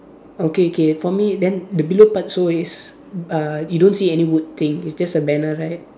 okay K for me then the below part so is uh you don't see any wood thing it's just a banner right